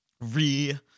re